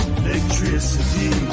electricity